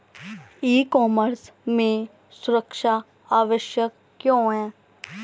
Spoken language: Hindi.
ई कॉमर्स में सुरक्षा आवश्यक क्यों है?